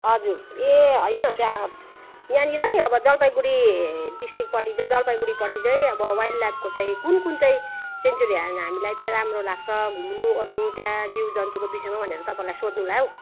हजुर ए होइन त्यहाँ यहाँनेर नि अब जलपाइगुढी डिस्ट्रिकपट्टि चाहिँ जलपाइगुढीपट्टि चाहिँ अब वाइल्ड लाइफको चाहिँ कुन कुन चाहिँ सेङ्चुरी हामीलाई चाहिँ राम्रो लाग्छ घुम्नु ओर्नु त्यहाँ जीव जन्तुको विषयमा भनेर तपाईँलाई सोध्नुलाई हौ